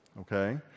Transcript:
okay